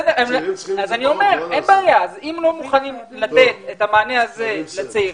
אז אם לא מוכנים לתת את המענה הזה לצעירים,